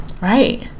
Right